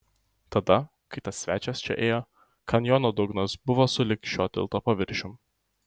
tada kai tas svečias čia ėjo kanjono dugnas buvo sulig šio tilto paviršium